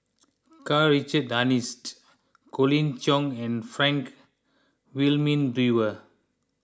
Karl Richard Hanitsch Colin Cheong and Frank Wilmin Brewer